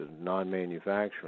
non-manufacturing